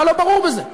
מה לא ברור בזה?